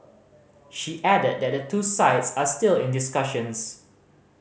she added that the two sides are still in discussions